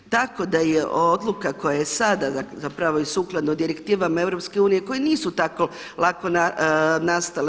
Tako da je odluka koja je sada, zapravo i sukladno direktivama EU koje nisu tako lako nastale.